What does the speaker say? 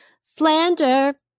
slander